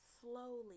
slowly